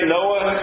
Noah